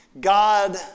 God